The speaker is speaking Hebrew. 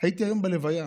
הייתי היום בלוויה,